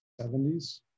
70s